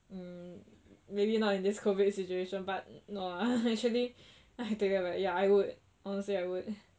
mm maybe not in this COVID situation but no ah actually I have to ya I would honestly I would